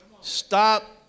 Stop